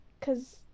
Cause